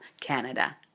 Canada